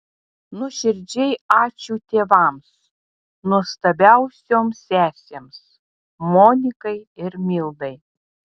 nuoširdžiai ačiū tėvams nuostabiausioms sesėms monikai ir mildai